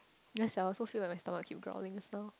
ya sia I also feel like my stomach keep growling just now